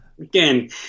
again